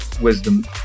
Wisdom